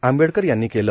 आंबेडकर यांनी केला